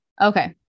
Okay